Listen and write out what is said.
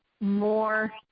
more